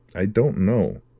i don't know.